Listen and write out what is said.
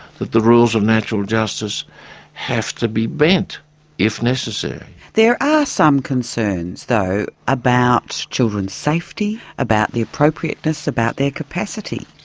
that the rules of natural justice have to be bent if necessary there are some concerns, though, about children's safety, about the appropriateness, about their capacity.